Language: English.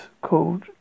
called